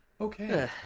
Okay